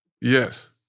Yes